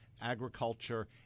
agriculture